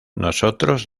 nosotros